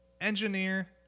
engineer